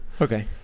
Okay